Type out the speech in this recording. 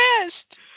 best